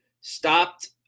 stopped –